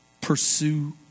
pursue